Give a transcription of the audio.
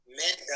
men